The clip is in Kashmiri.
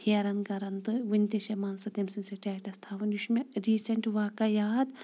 پھیران کران تہٕ وٕنہِ تہِ چھ مان ژٕ سۄ تٔمۍ سُند سٹیٹس تھاوان یہِ چھُ مےٚ ریٖسنٹ واقع یاد